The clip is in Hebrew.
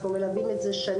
אנחנו מלווים את זה שנים,